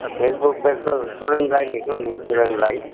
Facebook page त सुरेन राई लेख्नु नि सुरेन राई